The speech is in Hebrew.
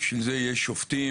בשביל זה יש שופטים.